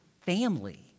family